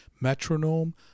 metronome